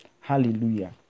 hallelujah